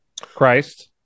Christ